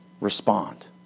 respond